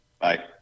Bye